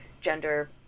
gender